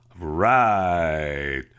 Right